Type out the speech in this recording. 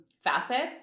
facets